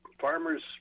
Farmers